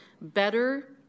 better